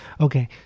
Okay